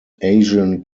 asian